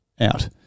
out